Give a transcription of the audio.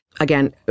Again